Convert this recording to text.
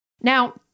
Now